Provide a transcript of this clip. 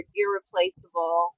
irreplaceable